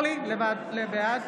בעד